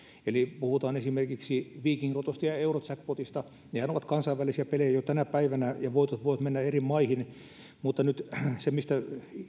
eli puhutaan esimerkiksi vikinglotosta ja ja eurojackpotista nehän ovat kansainvälisiä pelejä jo tänä päivänä ja voitot voivat mennä eri maihin mutta nyt se mistä